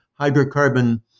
hydrocarbon